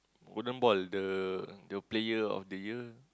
golden ball the the player of the year